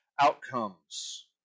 outcomes